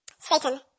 Satan